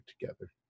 together